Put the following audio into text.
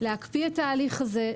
להקפיא את ההליך הזה,